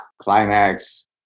climax